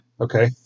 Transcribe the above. Okay